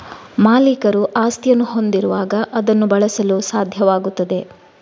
ಮಾಲೀಕರು ಆಸ್ತಿಯನ್ನು ಹೊಂದಿರುವಾಗ ಅದನ್ನು ಬಳಸಲು ಸಾಧ್ಯವಾಗುತ್ತದೆ